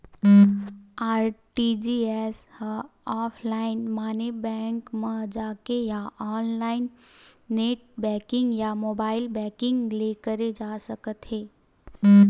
RTGS ह offline माने bank म जाके या ऑनलाईन नेट बेंकिंग या मोबाईल बेंकिंग ले करे जा सकत हे